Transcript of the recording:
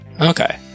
Okay